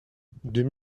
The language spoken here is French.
deux